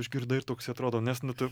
išgirdai ir toks atrodo nes nu tu